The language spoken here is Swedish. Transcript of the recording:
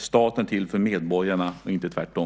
Staten är till för medborgarna och inte tvärtom.